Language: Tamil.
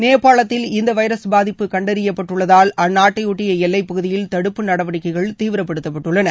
நேபாளத்தில் இந்த வைரஸ் பாதிப்பு கண்டறியப்பட்டுள்ளதால் அந்நாட்டையொட்டிய எல்லைப் பகுதியில் தடுப்பு நடவடிக்கைகள் தீவிரப்படுத்தப்பட்டுள்ளன